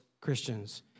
Christians